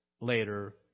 later